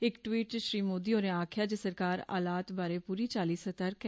इक टवीट् च श्री मोदी होरें आखेआ जे सरकार हालात बारे पूरी चाल्ली सतर्क ऐ